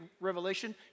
Revelation